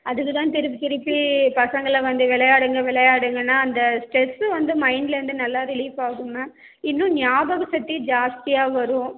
அதுக்குதான் திருப்பி திருப்பி பசங்களை வந்து விளையாடுங்க விளையாடுங்கனா அந்த ஸ்ரெஸ்ஸு வந்து மைண்டிலருந்து நல்லா ரிலீவ் ஆகுது மேம் இன்னும் ஞாபக சக்தி ஜாஸ்தியாக வரும்